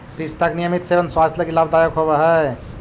पिस्ता के नियमित सेवन स्वास्थ्य लगी लाभदायक होवऽ हई